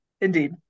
Indeed